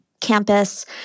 campus